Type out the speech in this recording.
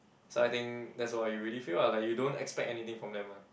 so I think that's what you really feel lah like you don't expect anything from them ah